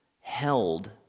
held